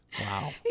Wow